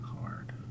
hard